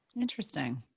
Interesting